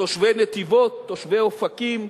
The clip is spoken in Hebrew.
תושבי נתיבות, תושבי אופקים,